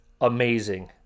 amazing